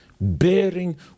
bearing